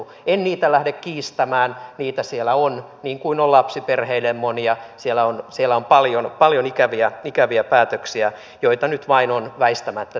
en niitä lähde kiistämään niitä siellä on niin kuin on lapsiperheille monia siellä on paljon ikäviä päätöksiä joita nyt vain on väistämättä tehtävä